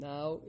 Now